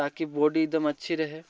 ताकि बॉडी एकदम अच्छी रहे